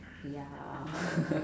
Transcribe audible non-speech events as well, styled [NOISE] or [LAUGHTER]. ya [LAUGHS]